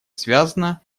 связана